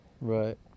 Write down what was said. Right